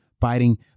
fighting